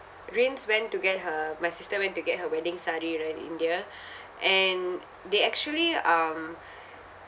rins went to get her my sister went to get her wedding saree right in india and they actually um